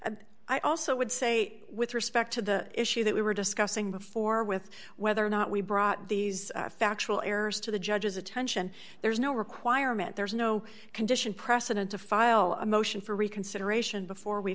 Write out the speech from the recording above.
and i also would say with respect to the issue that we were discussing before with whether or not we brought these factual errors to the judge's attention there's no requirement there is no condition precedent to file a motion for reconsideration before we